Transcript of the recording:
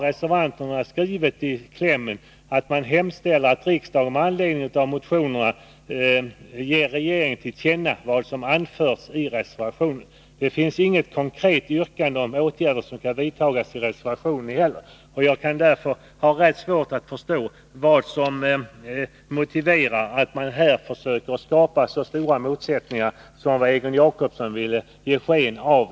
Reservanterna har skrivit i klämmen att man hemställer att riksdagen med anledning av motionerna ger regeringen till känna vad som anförts i reservationen. Det finns alltså inte heller i reservationen något konkret yrkande om åtgärder som skall vidtas. Jag har därför svårt att förstå vad som motiverar att man här försöker skapa ett intryck av att det föreligger stora motsättningar, vilket Egon Jacobsson gjorde i sitt anförande.